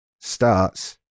starts